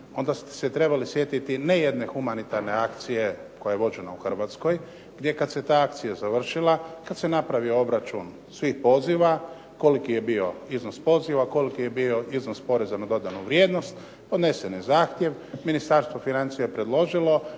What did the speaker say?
ste se trebali sjetiti ne jedne humanitarne akcije koja je vođena u Hrvatskoj gdje kad se ta akcija završila, kad se napravio obračun svih poziva, koliki je bio iznos poziva, koliki je bio iznos poreza na dodanu vrijednost, podnesen je zahtjev, Ministarstvo financija je predložilo,